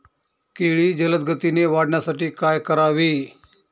केळी जलदगतीने वाढण्यासाठी काय करावे?